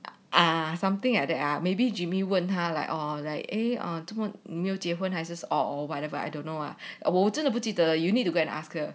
ah something like that ah maybe jimmy 问他 like or like eh 没有结婚 or whatever I don't know ah 我真的不记得 you need to go and ask her